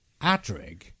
Adrig